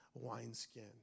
Wineskin